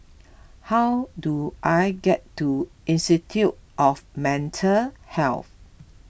how do I get to Institute of Mental Health